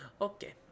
Okay